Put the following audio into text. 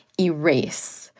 erase